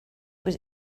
was